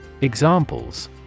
examples